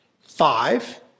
five